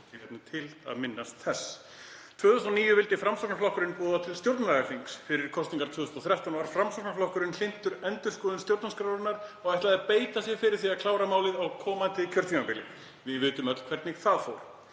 Það er tilefni til að minnast þess. Árið 2009 vildi Framsóknarflokkurinn boða til stjórnlagaþings og fyrir kosningar 2013 var Framsóknarflokkurinn hlynntur endurskoðun stjórnarskrárinnar og ætlaði að beita sér fyrir því að klára málið á komandi kjörtímabili. Við vitum öll hvernig það fór.